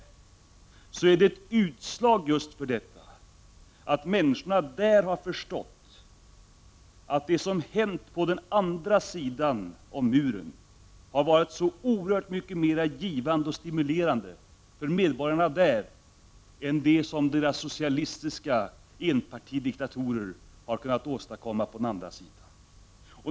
Det är ett utslag för att människorna i öst har förstått att det som hänt på den andra sidan av muren varit så oerhört mycket mera givande och stimulerande för medborgarna där än det som de socialistiska enpartidiktaturerna har kunnat åstadkomma.